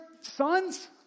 sons